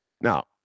now